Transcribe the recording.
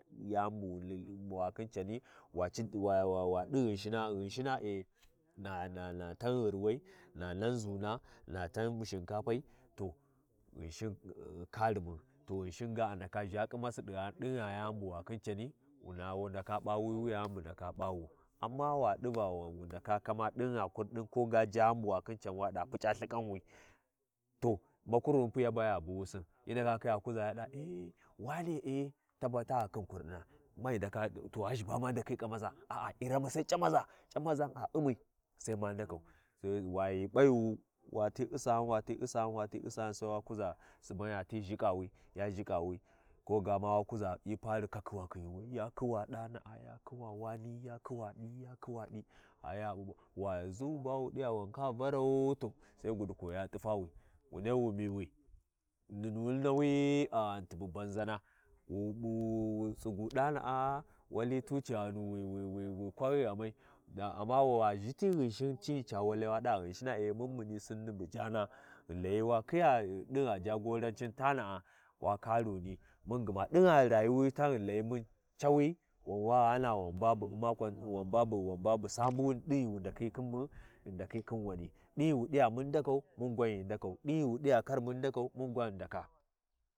Yani bu wa lai, wa khin cani, wa ɗi Ghinshina Ghinashina e, na, na tan Ghinwai, na nan ʒuna na tan shinkafai, to Ghinshin karimuni, to ghinshi ga andaka ʒha ƙinasi dighan ɗin gha yini bu wa khin cani, wuna wu ndaka P’a wi wiyani bu ndaka ɗingha kurɗin koga jani bu wa khin can waɗa puc’a Lthiƙanwi, to makurni be yaba a buwusin hyi ndaka thiya kuʒa yu ɗa ae, wane ae, taba, ta khin Virdina, mai ndaka, to ghaʒhi ba ma mdakhi ƙamasa?. Ara iremu sai C’amaʒa, C’amaʒan a U’mmi Sai ma ndaku, wa ghi P’aya wati usani wati usani, wati uani, Sai wakuʒa Suban yati ʒhiƙawi, ya ʒhiƙawi, koga ma wa kuʒa hyi fari katawakhiwi, ya kuwa ɗani ya kuwa ɗani, ua kuwa wani, ya kuwa ɗi, Ya kuwa ɗiya wa ʒu ba wu ɗiba wi ndaka Varau, to Sai guɗi ya t’ifawi, unei wu miwi, nununi nawi a ghanfi bu banʒane, wu ɓu, wu tsigu ɗana’a wali tu ci ghanLthi wi- wi-wi keahyi ghammai, amma wa ʒhiyi Ghinshin cini ca walai wuɗi ghinsinaau mun muni Sinni bu jana, ghi Layi wa khiya ɗingha jagoranci tanəa, wa karuni, mun gma ɗingha rayuwi tani, ghi layi mun cawi, wa ghana wanba bu ba umma, Wamba bu, wanba bu Sambuni, ɗin ghi wu ndakhi khin mun, ghi ndaka khin wani ndakau, ɗin ghi wu ɗiva kar mun ndakau mun ghi ndakaa.